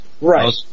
Right